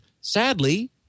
sadly